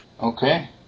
Okay